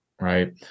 Right